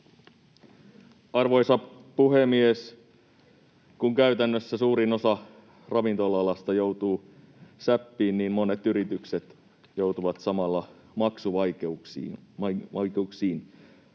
Arvoisa puhemies! Kun käytännössä suurin osa ravintola-alasta joutuu säppiin, niin monet yritykset joutuvat samalla maksuvaikeuksiin.